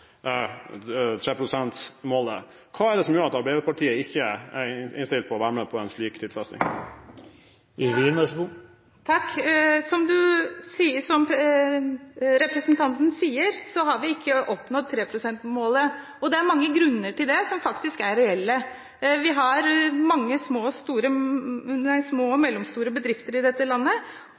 pst.-målet. Hva er det som gjør at Arbeiderpartiet ikke er innstilt på å være med på en slik tidfesting? Som representanten sier, har vi ikke oppnådd 3 pst.-målet, og det er mange grunner til det som faktisk er reelle. Vi har mange små og mellomstore bedrifter i dette landet,